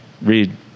read